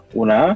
una